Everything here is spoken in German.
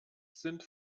sind